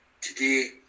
today